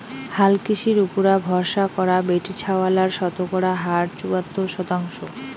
হালকৃষির উপুরা ভরসা করা বেটিছাওয়ালার শতকরা হার চুয়াত্তর শতাংশ